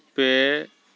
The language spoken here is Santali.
ᱯᱮ